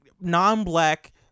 non-black